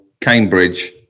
Cambridge